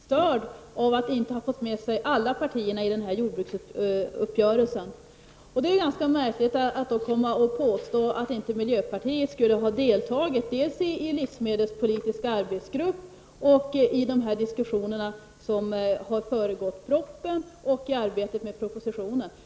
Fru talman! Håkan Strömberg är tydligen väldigt störd av att inte alla partier har gått med på jordbruksuppgörelsen. Det är då ganska märkligt att han påstår att miljöpartiet inte skulle ha deltagit, dels i livsmedelspolitiska arbetsgruppen, dels i de diskussioner som har föregått propositionen och dels i arbetet med propositionen.